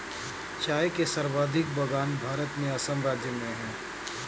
चाय के सर्वाधिक बगान भारत में असम राज्य में है